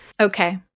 Okay